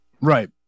right